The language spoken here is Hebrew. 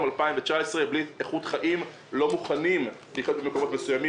ב-2019 בלי איכות חיים לא מוכנים לחיות במקומות מסוימים,